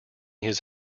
his